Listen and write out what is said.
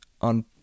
on